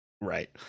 Right